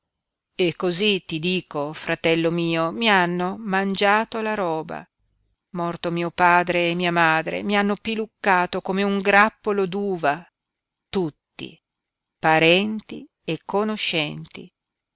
e cosí ti dico fratello mio mi hanno mangiato la roba morto mio padre e mia madre mi hanno piluccato come un grappolo d'uva tutti parenti e conoscenti